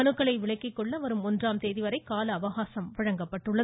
மனுக்களை விலக்கி கொள்ள வரும் ஒன்றாம் தேதி கால அவகாசம் வழங்கப்பட்டுள்ளது